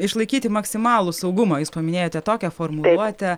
išlaikyti maksimalų saugumą jūs paminėjote tokią formuluotę